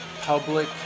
public